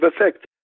effect